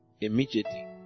immediately